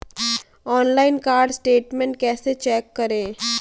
Online card statement कैसे check करें?